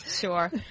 Sure